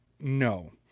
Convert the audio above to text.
No